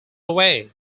away